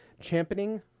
championing